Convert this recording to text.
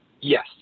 Yes